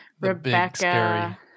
Rebecca